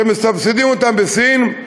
שמסבסדים אותם בסין,